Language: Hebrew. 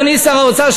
אדוני שר האוצר,